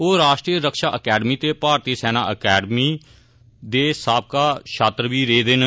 ओह राष्ट्रीय रक्षा अकैडमी ते भारतीय सैन्य अकैंडमी दा साबका छात्र रेय दे न